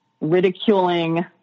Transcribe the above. ridiculing